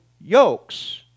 yokes